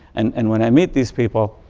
and and when i meet this people,